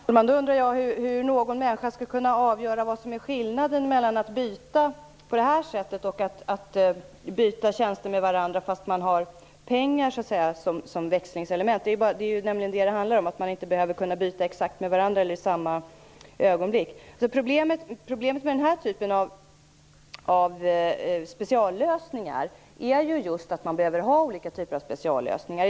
Herr talman! Då undrar jag hur någon människa skall kunna avgöra vad som är skillnaden mellan att byta på det här sättet och att byta tjänster med varandra och ha pengar som växlingselement. Det är ju detta det handlar om - att man inte behöver byta exakt med varandra eller i samma ögonblick. Problemet med den här typen av speciallösningar är ju just att man behöver ha olika typer av speciallösningar.